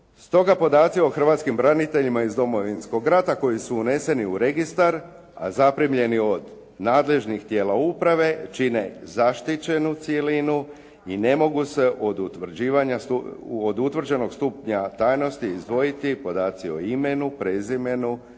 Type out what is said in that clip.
Stoga podaci o hrvatskim braniteljima iz Domovinskog rata koji su uneseni u registar a zaprimljeni od nadležnih tijela uprave čine zaštićenu cjelinu i ne mogu se od utvrđenog stupnja tajnosti izdvojiti podaci o imenu, prezimenu,